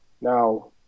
Now